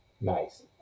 Nice